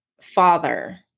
father